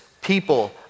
people